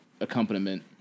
accompaniment